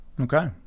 Okay